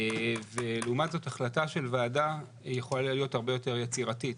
לעומת זאת החלטה של ועדה יכולה להיות הרבה יותר יצירתית,